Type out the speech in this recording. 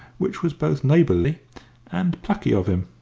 which was both neighbourly and plucky of him.